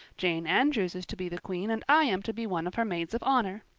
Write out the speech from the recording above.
jane andrews is to be the queen and i am to be one of her maids of honor.